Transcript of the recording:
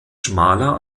schmaler